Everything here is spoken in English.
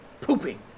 pooping